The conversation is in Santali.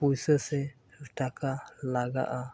ᱯᱩᱭᱥᱟᱹ ᱥᱮ ᱴᱟᱠᱟ ᱞᱟᱜᱟᱜᱼᱟ